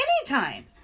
anytime